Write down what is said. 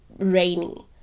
rainy